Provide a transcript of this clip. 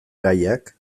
gaiak